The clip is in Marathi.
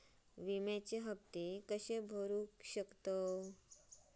विम्याचे हप्ते कसे भरूचो शकतो?